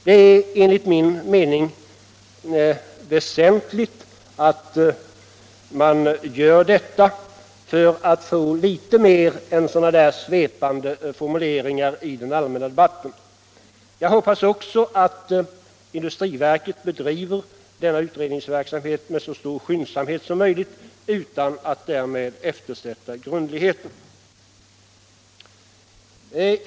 Det är enligt min mening väsentligt att man gör detta för att få fram litet mera än svepande formuleringar i den allmänna debatten. Jag hoppas också att industriverket bedriver denna utredningsverksamhet med så stor skyndsamhet som möjligt utan att därför eftersätta grundligheten.